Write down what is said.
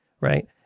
right